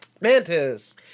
Mantis